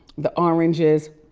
the oranges,